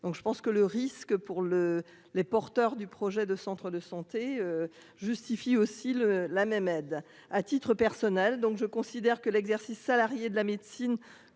Donc je pense que le risque pour le les porteurs du projet de Centre de santé justifie aussi le la même aide. À titre personnel, donc je considère que l'exercice salarié de la médecine